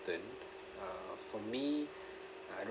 uh for me I don't